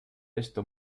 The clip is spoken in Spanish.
esto